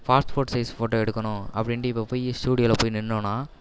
passport size photo எடுக்கணும் அப்படின்ட்டு இப்போ போய் ஸ்டுடியோவில் போய் நின்றோன்னா